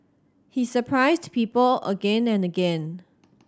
he surprised people again and again